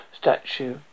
statue